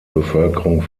bevölkerung